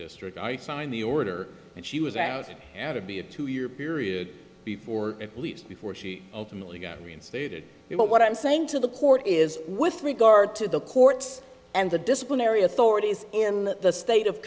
district i signed the order and she was as it had to be a two year period before at least before she ultimately got reinstated but what i'm saying to the court is with regard to the courts and the disciplinary authorities in the state of